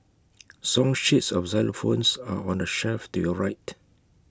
song sheets of xylophones are on the shelf to your right